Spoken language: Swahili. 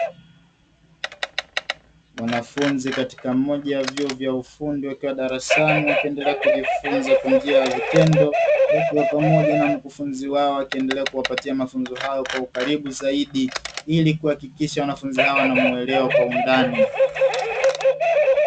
Wanafunzi katika moja ya vyuo vya ufundi wakiwa darasani wakiendelea kujifunza kwa njia ya vitendo, huku pamoja na mkufunzi wao wakiendelea kuwapatia mafunzo hayo kwa ukaribu zaidi ili kuhakikisha wanafunzi hao wanamuelewa kwa undani.